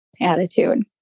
attitude